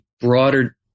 broader